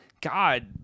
god